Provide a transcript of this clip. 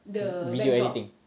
video editing